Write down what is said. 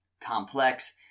complex